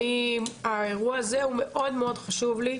האירוע הזה מאוד-מאוד חשוב לי,